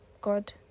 God